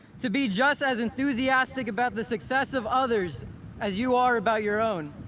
to be just as enthusiastic about the success of others as you are about your own,